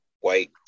white